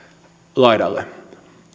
laidalle